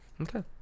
Okay